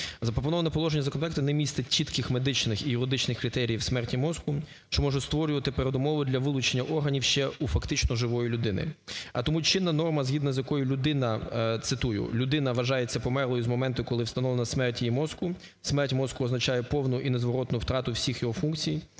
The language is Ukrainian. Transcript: Запропоноване положення законопроекту не містить чітких медичних і юридичних критеріїв в смерті мозку, що можуть створювати передумови для вилучення органів ще у фактично живої людини. А тому чинна норма, згідно з якою людина… Цитую: "Людина вважається померлою з моменту, коли встановлена смерть її мозку. Смерть мозку означає повну і незворотну втрату всіх його функцій,